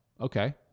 okay